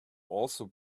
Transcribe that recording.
also